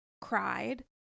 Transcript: cried